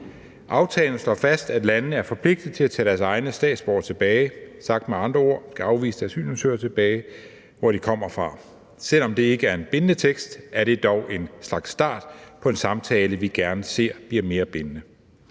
Aftalen slår fast, at landene er forpligtet til at tage deres egne statsborgere tilbage – sagt med andre ord: tage deres afviste asylansøgere tilbage til der, hvor de kommer fra. Selv om det ikke er en bindende tekst, er det dog en slags start på en samtale, som vi gerne ser bliver mere bindende.